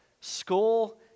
school